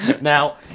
Now